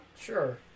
Sure